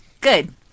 Good